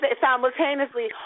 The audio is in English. simultaneously